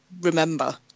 remember